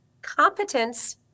Competence